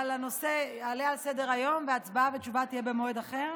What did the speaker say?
אבל הנושא יעלה על סדר-היום והצבעה ותשובה יהיו במועד אחר,